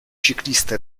ciclista